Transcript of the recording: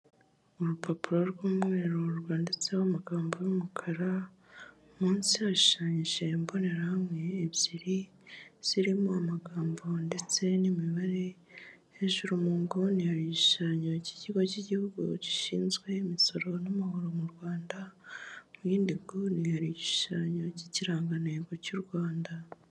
Urupapuro rw'umweru rwanditseho amagambo y'umukara munsi hashushanyije imbonerahamwe ebyiri zirimo amagambo ndetse n'imibare, hejuru mu nguni hari igishushanyo k'Ikigo k'Igihugu gishinzwe Imisoro n'Amahoro mu Rwanda, mu yindi nguni hari igishushanranyo k'irangantego cy'u Rwanda.